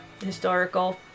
historical